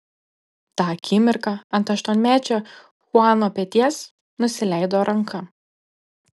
tą akimirką ant aštuonmečio chuano peties nusileido ranka